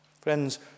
Friends